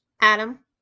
Adam